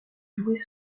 jouée